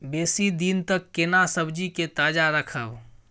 बेसी दिन तक केना सब्जी के ताजा रखब?